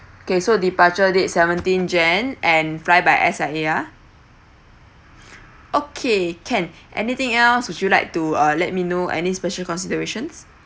okay so departure date seventeen jan and fly by S_I_A uh okay can anything else would you like to uh let me know any special considerations